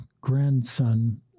grandson